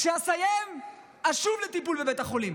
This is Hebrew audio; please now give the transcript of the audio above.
כשאסיים אשוב לטיפול בבית החולים.